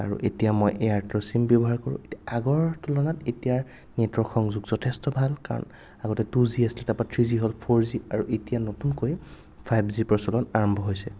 আৰু এতিয়া মই এয়াৰটেল চিম ব্যৱহাৰ কৰোঁ আগৰ তুলনাত এতিয়াৰ নেটৱৰ্ক সংযোগ যথেষ্ট ভাল কাৰণ আগতে টু জি আছিল তাৰ পৰা থ্ৰী জি হ'ল ফ'ৰ জি আৰু এতিয়া নতুনকৈ ফাইভ জিৰ প্ৰচলন আৰম্ভ হৈছে